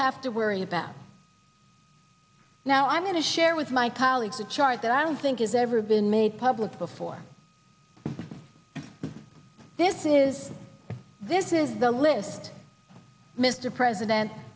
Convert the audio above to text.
have to worry about now i'm going to share with my colleagues a chart that i don't think has ever been made public before this is this is the list mr president